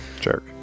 Jerk